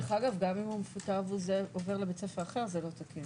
גם אם הוא מפוטר ועובר לבית ספר אחר, זה לא תקין.